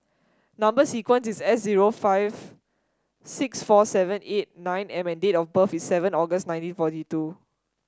number sequence is S zero five six four seven eight nine M and date of birth is seven August nineteen twenty four